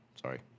Sorry